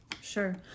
Sure